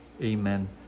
Amen